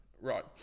Right